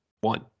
One